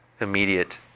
immediate